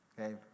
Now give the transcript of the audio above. okay